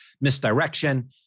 misdirection